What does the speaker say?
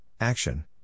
action